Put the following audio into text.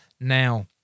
now